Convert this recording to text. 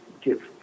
give